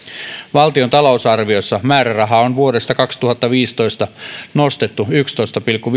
valtion talousarviossa määrärahaa on vuodesta kaksituhattaviisitoista nostettu yhdestätoista pilkku